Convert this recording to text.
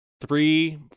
Three